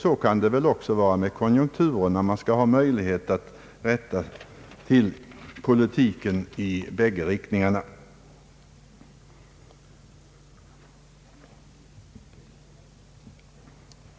Så kan det ju också vara i fråga om konjunkturerna att man skall ha möjlighet att rätta till politiken i båda riktningarna.